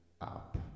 up